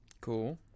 Cool